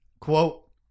quote